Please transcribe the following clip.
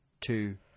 two